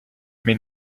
mais